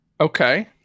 Okay